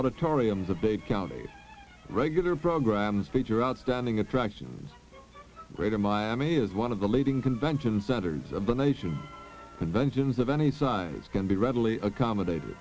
auditoriums a big county regular programs feature outstanding attractions greater miami is one of the leading convention centers of the nation conventions of any size can be readily accommodated